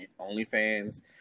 OnlyFans